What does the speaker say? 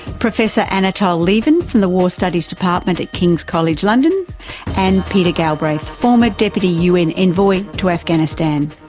professor anatol lieven from the war studies department at kings college london and peter galbraith, former deputy un envoy to afghanistan.